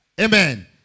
Amen